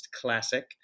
classic